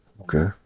Okay